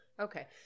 okay